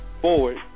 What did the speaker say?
forward